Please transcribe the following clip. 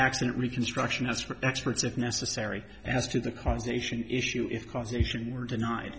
accident reconstructionist for experts if necessary as to the causation issue if causation were denied